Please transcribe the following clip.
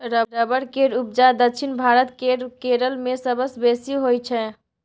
rubber केर उपजा दक्षिण भारत केर केरल मे सबसँ बेसी होइ छै